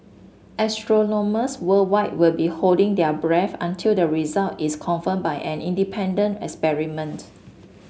astronomers worldwide will be holding their breath until the result is confirmed by an independent experiment